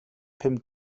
pum